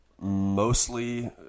mostly